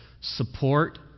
support